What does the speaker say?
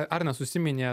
arnas užsiminė